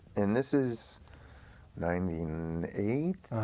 and this is ninety i mean eight,